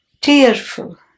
tearful